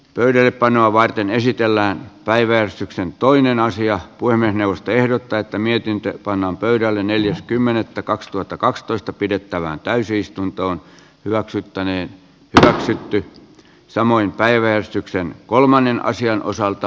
pöydällepanoa varten esitellään päiväystyksen toinen asia voimme ehdottaa että mietintö pannaan pöydälle neljäs kymmenettä kaksituhattakaksitoista pidettävään täysistunto hyväksyttäneen säästytty samoin päiväystyksen kolmannen sijan osalta